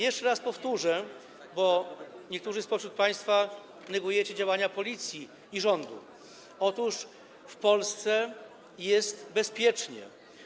Jeszcze raz powtórzę, bo niektórzy spośród państwa negują działania policji i rządu, że w Polsce jest bezpiecznie.